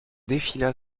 défila